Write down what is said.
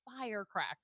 firecracker